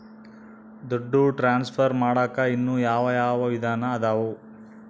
ದುಡ್ಡು ಟ್ರಾನ್ಸ್ಫರ್ ಮಾಡಾಕ ಇನ್ನೂ ಯಾವ ಯಾವ ವಿಧಾನ ಅದವು?